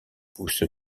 pousse